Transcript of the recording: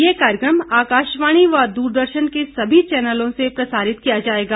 ये कार्यक्रम आकाशवाणी व दूरदर्शन के सभी चैनलों से प्रसारित किया जाएगा